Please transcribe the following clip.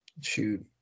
shoot